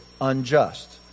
unjust